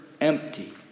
empty